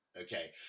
okay